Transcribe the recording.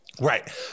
Right